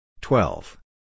twelve